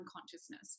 consciousness